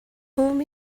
whom